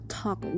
talk